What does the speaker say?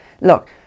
look